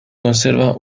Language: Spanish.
conserva